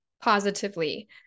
positively